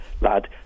lad